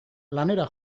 lanera